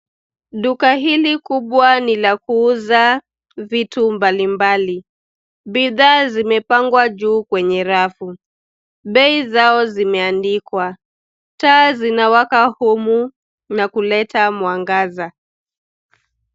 Duka hili kubwa ni la kuuza vitu mbalimbali. Bidhaa zimepangwa juu kwenye rafu. Bei zao zimeandikwa. Taa zinawaka humu, na kuleta mwangaza.